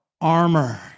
armor